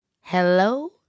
Hello